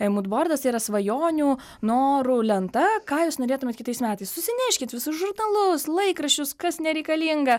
mūd bordas tai yra svajonių norų lenta ką jūs norėtumėt kitais metais susineškit visus žurnalus laikraščius kas nereikalinga